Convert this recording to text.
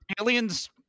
Aliens